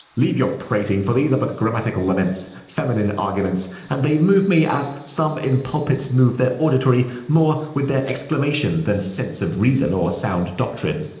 leave your prating, for these are but grammatical laments, feminine arguments and they move me, as some in pulpits move their auditory, more with their exclamation than sense of reason, or sound doctrine.